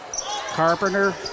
Carpenter